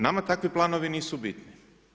Nama takvi planovi nisu bitni.